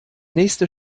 nächste